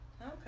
Okay